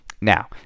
Now